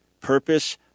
purpose